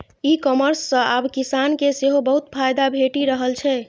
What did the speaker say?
ई commerce सं आब किसान के सेहो बहुत फायदा भेटि रहल छै